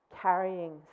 carrying